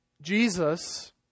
Jesus